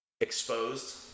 exposed